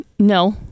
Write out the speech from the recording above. No